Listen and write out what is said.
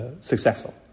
successful